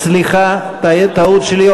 סליחה, טעות שלי.